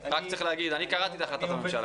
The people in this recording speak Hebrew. אני קראתי את החלטת הממשלה.